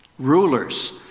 Rulers